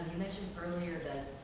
mentioned earlier